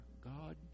God